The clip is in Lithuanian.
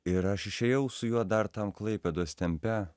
ir aš išėjau su juo dar tam klaipėdos tempe